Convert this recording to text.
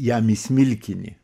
jam į smilkinį